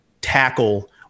tackle